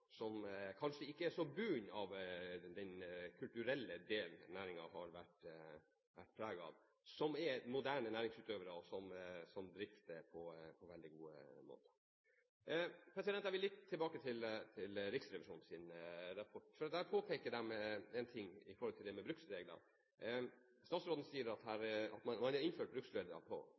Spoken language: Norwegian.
som kanskje ikke er så bundet av den kulturelle delen som næringen har vært preget av – som er moderne næringsutøvere som drifter på en veldig god måte. Jeg vil litt tilbake til Riksrevisjonens rapport, for der påpekes det en ting i forhold til bruksregler. Statsråden sier at man har innført bruksregler på